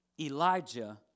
Elijah